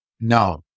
No